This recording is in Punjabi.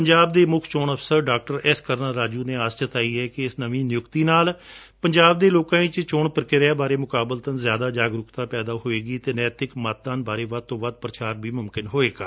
ਪੰਜਾਬ ਦੇ ਮੁੱਖ ਚੋਣ ਅਫ਼ਸਰ ਡਾ ਐਸ ਕਰੁਣਾ ਰਾਜੁ ਨੇ ਆਸ ਜਤਾਈ ਏ ਕਿ ਇਸ ਨਵੀਂ ਨਿਯੁਕਤੀ ਨਾਲ ਪੰਜਾਬ ਦੇ ਲੋਕਾਂ ਵਿਚ ਚੋਣ ਪ੍ਰੀਕੁਆ ਬਾਰੇ ਮੁਕਾਬਲਤਨ ਜ਼ਿਆਦਾ ਜਾਗਰੁਕਤਾ ਪੈਦਾ ਹੋਵੇਗੀ ਅਤੇ ਨੈਤਿਕ ਮਤਦਾਨ ਬਾਰੇ ਵੱਧ ਤੋਂ ਵੱਧ ਪ੍ਚਾਰ ਵੀ ਮੁਮਕਿਨ ਹੋਵੇਗਾ